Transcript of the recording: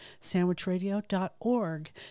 sandwichradio.org